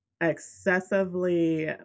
excessively